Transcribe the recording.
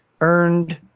earned